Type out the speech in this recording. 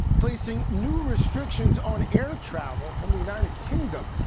placing new restrictions on air travel from the united kingdom.